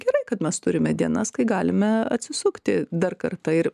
gerai kad mes turime dienas kai galime atsisukti dar kartą ir